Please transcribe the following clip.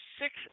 six